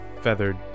feathered